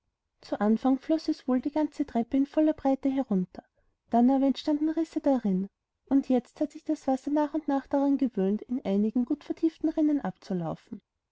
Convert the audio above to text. zu anfang floß es wohl die ganze treppe in ihrer vollenbreiteherunter aberdannentstandenrissedarin undjetzthatsichdas wasser nach und nach daran gewöhnt in einigen gut vertieften rinnen abzulaufen